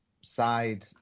side